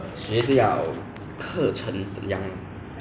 觉得我觉得还有 okay lah 我觉得这个 semester 很容易